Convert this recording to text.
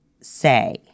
say